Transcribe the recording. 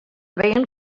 veien